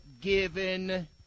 given